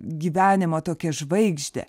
gyvenimo tokią žvaigždę